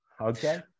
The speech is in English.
Okay